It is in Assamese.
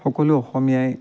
সকলো অসমীয়াই